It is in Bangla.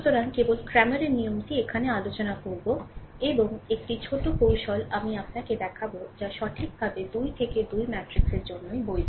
সুতরাং কেবল ক্র্যামারের নিয়মটি এখানে আলোচনা করবো এবং একটি ছোট কৌশল আমি আপনাকে দেখাব যা সঠিকভাবে 2 থেকে 2 ম্যাট্রিক্সের জন্যই বৈধ